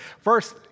first